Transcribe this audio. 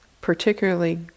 particularly